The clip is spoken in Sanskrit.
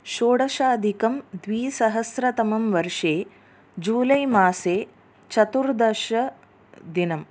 षोडशाधिकं द्विसहस्रतमे वर्षे जूलै मासे चतुर्दशदिनम्